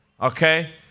Okay